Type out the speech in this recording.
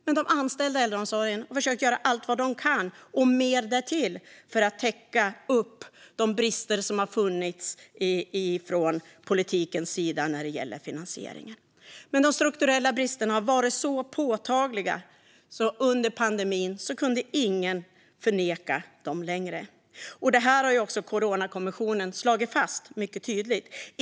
Men de anställda i äldreomsorgen har försökt göra allt vad de kan och mer därtill för att täcka upp för de brister som har funnits från politikens sida när det gäller finansieringen. De strukturella bristerna har varit så påtagliga att ingen under pandemin längre kunde förneka dem. Det här har också Coronakommissionen slagit fast mycket tydligt.